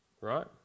right